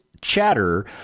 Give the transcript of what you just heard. chatter